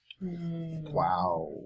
Wow